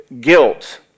guilt